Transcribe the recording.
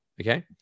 Okay